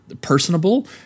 personable